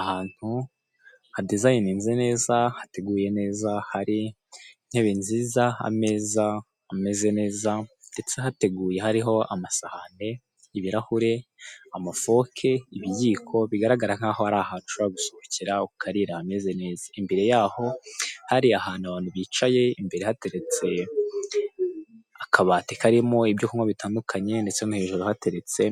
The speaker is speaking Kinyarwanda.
Ahantu ha dizayininze imeze neza hateguye neza hari intebe nziza ameza ameze neza, ndetse hateguye hariho: amasahani, ibirahure, amafoke, ibiyiko, bigaragara nkaho ari ahashobora gusohokera ukarira hameze neza imbere yaho hariya hantu abantu bicaye imbere akabati karimo ibyo kunywa bitandukanye, ndetse no hejuru hateretse